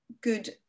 good